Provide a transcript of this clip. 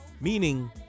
meaning